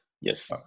Yes